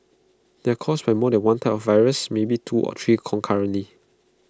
they are caused by more than one type of virus maybe two or three concurrently